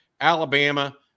Alabama